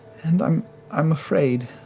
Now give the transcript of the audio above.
and i'm i'm afraid.